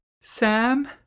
Sam